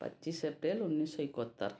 पच्चीस अप्रेल उन्नीस सौ इकहत्तर